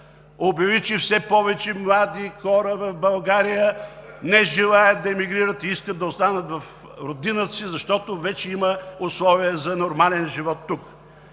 обяви, че все повече млади хора в България не желаят да емигрират и искат да останат в родината си, защото вече има условия за нормален живот тук.